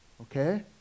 Okay